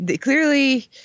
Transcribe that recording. clearly –